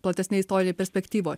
platesnėj istorinėj perspektyvoj